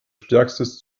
stärkstes